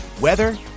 Weather